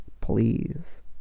Please